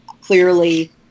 clearly